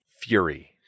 Fury